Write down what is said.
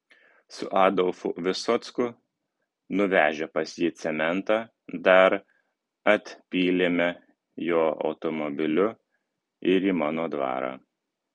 su adolfu visocku nuvežę pas jį cementą dar atpylėme jo automobiliu ir į mano dvarą